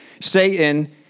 Satan